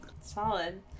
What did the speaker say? solid